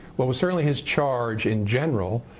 but was certainly his charge in general,